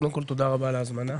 קודם כל, תודה רבה על ההזמנה.